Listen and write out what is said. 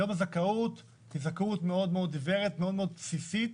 היום זכאות היא זכאות מאוד עיוורת, מאוד בסיסית,